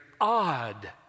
odd